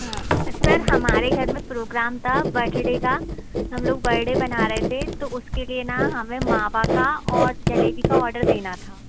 हाँ सर हमारे घर में प्रोग्राम था बर्थडे का हम लोग बर्डे मना रहे थे तो उसके लिए ना हमें मावा का और जलेबी का आर्डर देना था